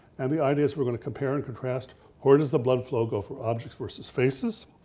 and the idea is we're gonna compare and contrast where does the blood flow go for objects versus faces?